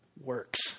works